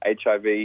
HIV